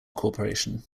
corporation